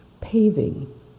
paving